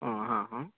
हां हां हां